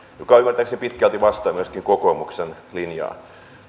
joka ymmärtääkseni pitkälti vastaa myöskin kokoomuksen linjaa